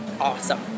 awesome